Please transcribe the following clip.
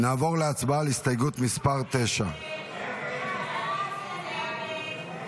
נעבור להצבעה על הסתייגות מס' 9. הסתייגות 9 לא